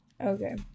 okay